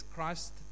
Christ